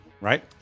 right